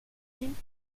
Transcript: nimmt